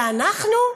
ואנחנו?